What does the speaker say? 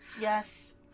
Yes